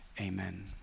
Amen